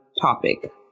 topic